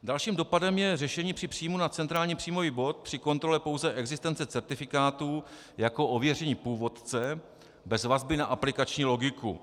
Dalším dopadem je řešení při příjmu na centrální příjmový bod při kontrole pouze existence certifikátů, jako ověření původce, bez vazby na aplikační logiku.